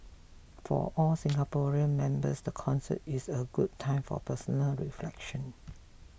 for our Singaporean members the concert is a good time for personal reflection